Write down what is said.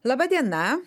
laba diena